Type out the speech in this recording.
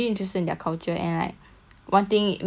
one thing main part also is like anime and